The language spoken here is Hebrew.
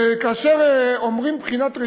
וכאשר אומרים "בחינת רשות",